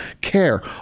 care